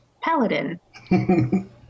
paladin